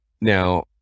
now